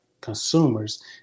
consumers